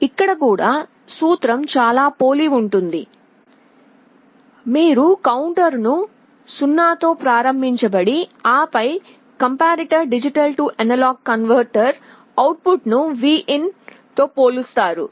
ఇక్కడ కూడా సూత్రం చాలా పోలి ఉంటుంది మీరు కౌంటర్ను 0 తో ప్రారంభించండి ఆపై కంపారిటర్ D A కన్వర్టర్ అవుట్పుట్ను Vin పోలుస్తారు